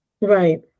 Right